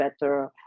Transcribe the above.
better